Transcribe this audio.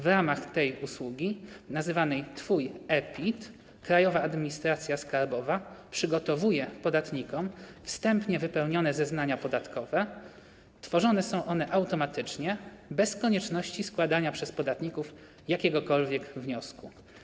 W ramach tej usługi nazywanej Twój e-PIT Krajowa Administracja Skarbowa przygotowuje podatnikom wstępnie wypełnione zeznania podatkowe, tworzone są one automatycznie, bez konieczności składania przez podatników jakiegokolwiek wniosku.